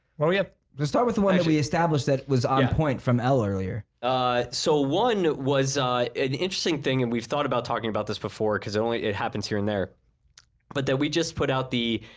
well, we have to start with and one. we established that was on point from l earlier so one was an interesting thing and we've thought about talking about this before because only it happens here and there but that we just put out the